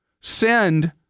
send